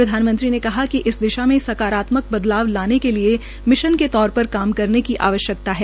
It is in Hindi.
प्रधानमंत्री ने कहा कि इस दिशा में सकारात्मक बदलाव लाने के लिए मिशन के तौर पर काम करने की आवश्यक्ता है